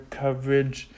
coverage